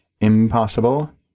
Impossible